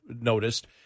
noticed